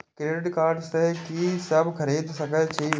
Credit card से की सब खरीद सकें छी?